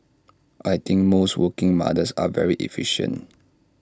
I think most working mothers are very efficient